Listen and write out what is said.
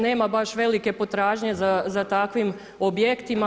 Nema baš velike potražnje za takvim objektima.